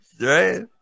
Right